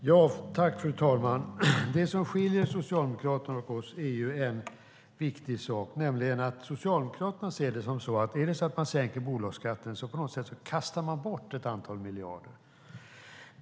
Fru talman! Det finns en viktig sak som skiljer Socialdemokraterna från oss, nämligen att Socialdemokraterna anser att om man sänker bolagsskatten kastar man på något sätt bort ett antal miljarder.